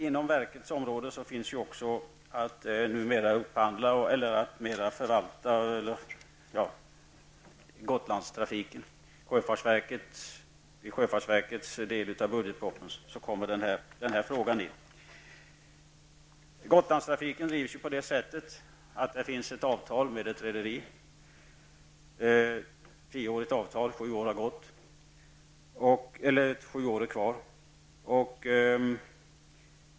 Inom verkets område finns numera också att förvalta Gotlandstrafiken. Den frågan kommer in i sjöfartsverkets del av budgetpropositionen. Gotlandstrafiken drivs på det sättet att man har ett avtal med ett rederi; det är ett tioårigt avtal -- det är sju år kvar.